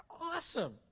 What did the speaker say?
awesome